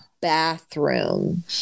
bathroom